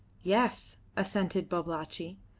yes, assented babalatchi.